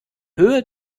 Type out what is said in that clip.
höhe